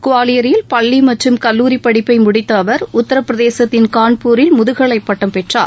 குவாலியரில் பள்ளி மற்றும் கல்லூரி படிப்பை முடித்த அவர் உத்திரபிரதேசத்தின் கான்பூரில் முதுகலை பட்டம் பெற்றார்